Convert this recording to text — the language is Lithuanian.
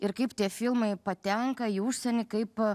ir kaip tie filmai patenka į užsienį kaip